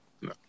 No